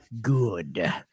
good